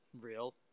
real